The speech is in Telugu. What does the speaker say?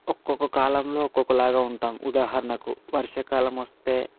ఒక్కోక కాలంలో ఒక్కోక్కలాగ ఉంటాం ఉదాహరణకు వర్షాకాలం వస్తే